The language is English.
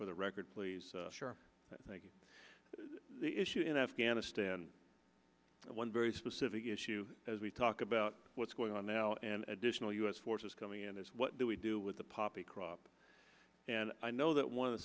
for the record please share the issue in afghanistan one very specific issue as we talk about what's going on now and additional u s forces coming in is what do we do with the poppy crop and i know that one of the